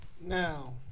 Now